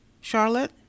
Charlotte